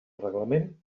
reglament